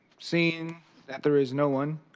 seeing that there is no one,